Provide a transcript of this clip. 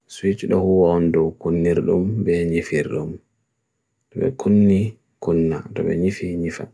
Suich do huwando kunnirlum benifirlum Dwe kunni kunna dwe nifir nifat.